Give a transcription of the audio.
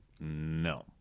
no